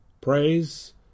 Praise